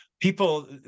people